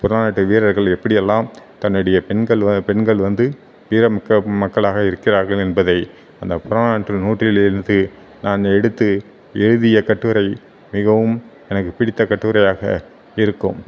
புறநானூற்று வீரர்கள் எப்படியெல்லாம் தன்னுடைய பெண்கள் வ பெண்கள் வந்து வீரமிக்க மக்களாக இருக்கிறார்கள் என்பதை அந்த புறநானூற்றின் நூற்றிலிருந்து நான் எடுத்து எழுதிய கட்டுரை மிகவும் எனக்கு பிடித்த கட்டுரையாக இருக்கும்